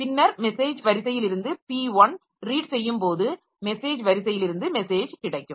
பின்னர் மெசேஜ் வரிசையில் இருந்து p1 ரீட் செய்யும்போது மெசேஜ் வரிசையில் இருந்து மெசேஜ் கிடைக்கும்